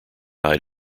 eyed